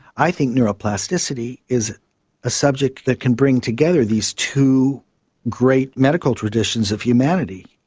i think neuroplasticity is a subject that can bring together these two great medical traditions of humanity.